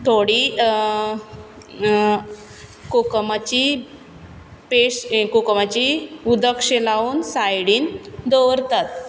थोडी कोकमाची पेस्ट कोकमाची उदकशें लावन सायडीन दवरतात